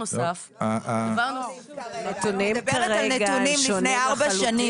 את מדברת על נתונים לפני ארבע שנים.